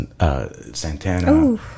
Santana